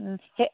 সে